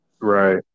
Right